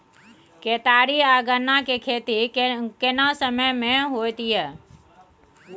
केतारी आ गन्ना के खेती केना समय में होयत या?